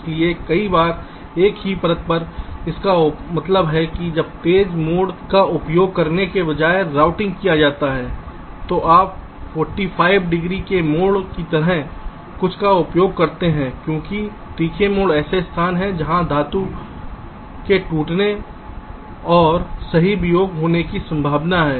इसलिए कई बार एक ही परत पर इसका मतलब है जब तेज मोड़ का उपयोग करने के बजाय राउटिंग किया जाता है तो आप 45 डिग्री के मोड़ की तरह कुछ का उपयोग करते हैं क्योंकि तीखे मोड़ ऐसे स्थान हैं जहां धातु के टूटने और सही वियोग होने की संभावना है